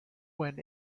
went